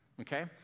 okay